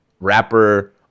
rapper